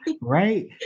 right